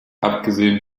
abgesehen